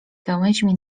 gałęźmi